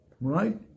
Right